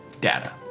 Data